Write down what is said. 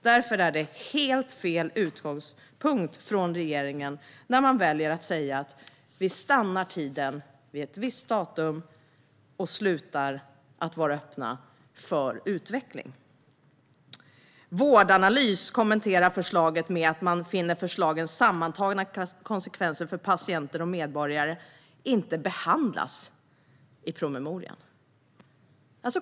Därför har regeringen helt fel utgångspunkt när man väljer att stanna tiden vid ett visst datum och slutar att vara öppna för utveckling. Vårdanalys kommenterar förslaget med att man finner att förslagens sammantagna konsekvenser för patienter och medborgare inte behandlas i promemorian.